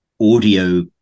audio